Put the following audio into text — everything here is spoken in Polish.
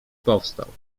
powstał